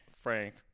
Frank